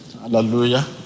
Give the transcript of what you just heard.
hallelujah